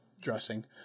dressing